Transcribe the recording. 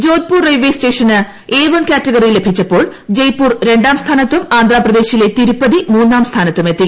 Jodhpur railway സ്റ്റേഷന് A one category ലഭിച്ചപ്പോൾ ജയ്പ്പൂർ രണ്ടാം സ്ഥാനത്തും ആന്ധ്രാപ്രദേശിലെ തിരുപ്പതി മൂന്നാം സ്ഥാനത്തുമെത്തി